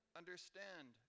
understand